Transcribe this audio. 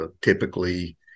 Typically